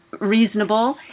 reasonable